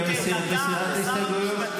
את מסירה את ההסתייגויות?